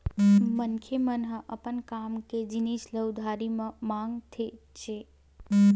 मनखे मन ह अपन काम के जिनिस ल उधारी म मांगथेच्चे